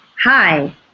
Hi